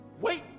Wait